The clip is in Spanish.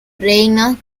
reinos